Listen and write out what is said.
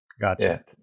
Gotcha